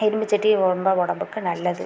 இரும்பு சட்டி ரொம்ப உடம்புக்கு நல்லது